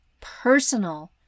personal